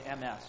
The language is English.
MS